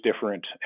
different